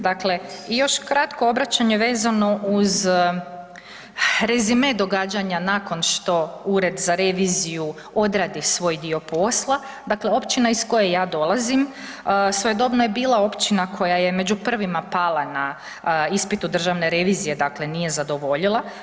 Dakle i još kratko obraćanje vezano uz rezime događanja nakon što Ured za reviziju odradi svoj dio posla, dakle općina iz koje ja dolazim svojedobno je bila općina koja je među prvima pala na ispitu Državne revizije dakle nije zadovoljila.